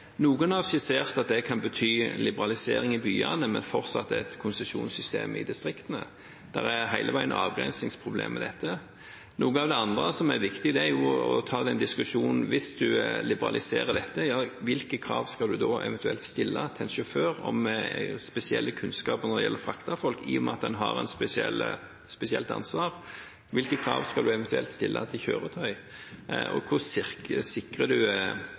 Noen har skissert at det kan bety liberalisering i byene, men fortsatt et konsesjonssystem i distriktene. Det er hele veien avgrensningsproblemer med dette. Noe av det andre som er viktig, er å ta diskusjonen hvis man liberaliserer dette, om hvilke krav man da eventuelt skal stille til en sjåfør om spesielle kunnskaper når det gjelder å frakte folk, i og med at en har et spesielt ansvar. Hvilke krav skal man eventuelt stille til kjøretøyet? Og hvordan sikrer